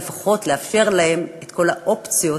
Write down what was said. ולפחות לאפשר להם את כל האופציות